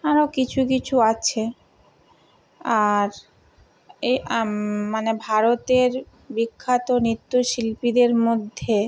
আরও কিছু কিছু আছে আর এ মানে ভারতের বিখ্যাত নৃত্যশিল্পীদের মধ্যে